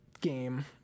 game